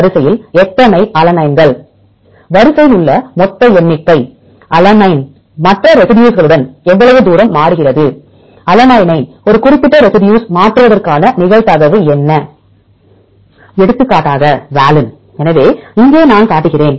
வரிசையில் எத்தனை அலனைன்கள் வரிசையில் உள்ள மொத்த எண்ணிக்கை அலனைன் மற்ற ரெசி டியூஸ்களுடன் எவ்வளவு தூரம் மாறுகிறது அலனைனை ஒரு குறிப்பிட்ட ரெசி டியூஸ் மாற்றுவதற்கான நிகழ்தகவு என்ன எடுத்துக்காட்டாக வாலின் எனவே இங்கே நான் காட்டுகிறேன்